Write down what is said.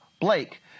Blake